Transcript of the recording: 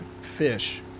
fish